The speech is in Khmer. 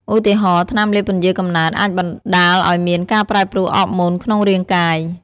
ឧទាហរណ៍ ថ្នាំលេបពន្យារកំណើតអាចបណ្តាលឲ្យមានការប្រែប្រួលអ័រម៉ូនក្នុងរាងកាយ។